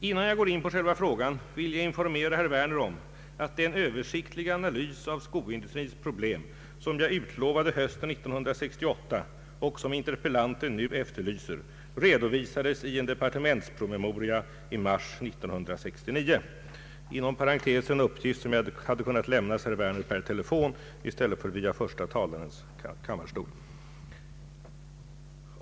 Innan jag går in på själva frågan, vill jag informera herr Werner om att den översiktliga analys av skoindustrins problem som jag utlovade hösten 1968 — och som interpellanten nu efterlyser — redovisades i en departementspromemoria i mars 1969. Inom parentes kan jag nämna att det är uppgifter som jag hade kunnat lämna herr Werner per telefon i stället för via första kammarens talarstol.